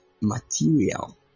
material